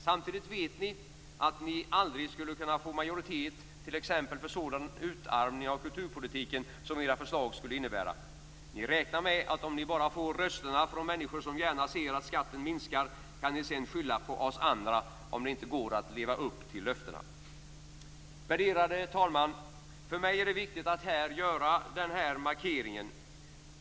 Samtidigt vet ni att ni aldrig skulle kunna få majoritet t.ex. för sådan utarmning av kulturpolitiken som era förslag skulle innebära. Ni räknar med att om ni bara får rösterna från människor som gärna ser att skatten minskar kan ni sedan skylla på oss andra om det inte går att leva upp till löftena. Värderade talman! För mig är det viktigt att här göra denna markering.